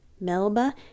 Melba